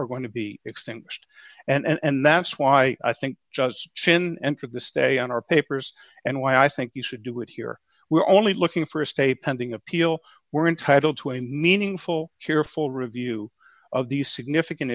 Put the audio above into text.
are going to be extinguished and that's why i think just sin entered the stay on our papers and why i think you should do it here we are only looking for a stay pending appeal we're entitled to a meaningful careful review of these significant